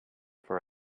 for